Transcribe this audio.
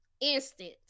Instant